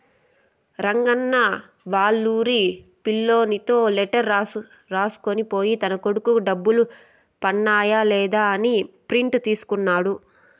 రంగన్న వాళ్లూరి పిల్లోనితో లెటర్ రాసుకొని పోయి తన కొడుకు డబ్బులు పన్నాయ లేదా అని ప్రింట్ తీసుకున్నాడు